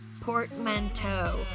portmanteau